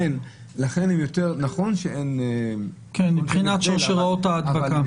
כן, מבחינת שרשראות ההדבקה.